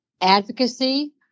advocacy